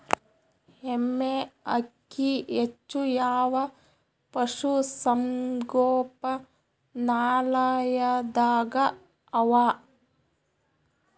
ಎಮ್ಮೆ ಅಕ್ಕಿ ಹೆಚ್ಚು ಯಾವ ಪಶುಸಂಗೋಪನಾಲಯದಾಗ ಅವಾ?